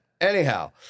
anyhow